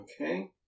Okay